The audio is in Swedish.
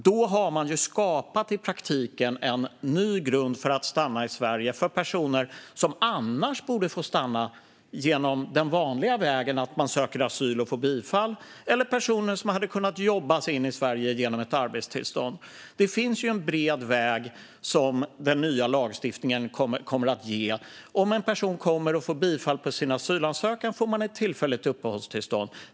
Då har man i praktiken skapat en ny grund för att stanna i Sverige för personer som annars borde ha fått stanna genom den vanliga vägen - att de söker asyl och får bifall - eller för personer som hade kunnat jobba sig in i Sverige genom ett arbetstillstånd. Den nya lagstiftningen kommer att ge en bred väg. Om man får bifall på sin asylansökan får man ett tillfälligt uppehållstillstånd.